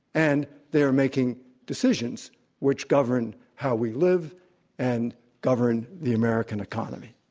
and they're making decisions which govern how we live and govern the american economy.